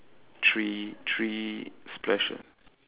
three three splash ah